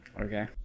Okay